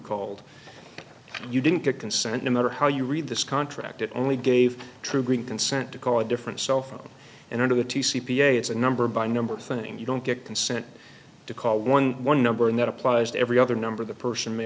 called you didn't get consent no matter how you read this contract it only gave true green consent to call a different cell phone and under the t c p a it's a number by number thing you don't get consent to call one one number and that applies to every other number the person may